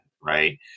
right